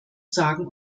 sagen